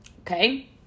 okay